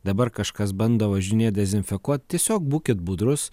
dabar kažkas bando važinėt dezinfekuot tiesiog būkit budrus